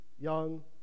young